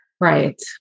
Right